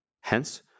Hence